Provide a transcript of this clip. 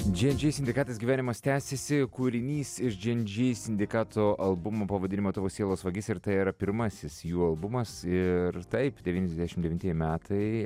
džy en džy sindikatas gyvenimas tęsiasi kūrinys iš džy en džy sindikato albumo pavadinimu tavo sielos vagis ir tai yra pirmasis jų albumas ir taip devyniasdešim devintieji metai